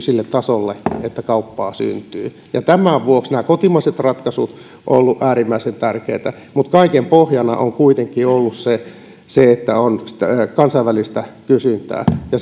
sille tasolle että kauppaa syntyy tämän vuoksi nämä kotimaiset ratkaisut ovat olleet äärimmäisen tärkeitä mutta kaiken pohjana on kuitenkin ollut se se että on kansainvälistä kysyntää ja